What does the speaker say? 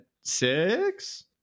six